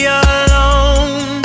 alone